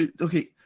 okay